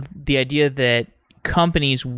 the idea that companies,